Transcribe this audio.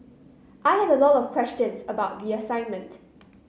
I had a lot of questions about the assignment